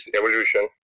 evolution